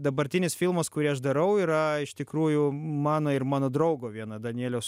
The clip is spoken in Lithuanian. dabartinis filmas kurį aš darau yra iš tikrųjų mano ir mano draugo vieno danieliaus